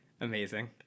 amazing